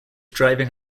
driving